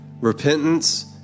Repentance